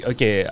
Okay